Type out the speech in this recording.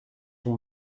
ton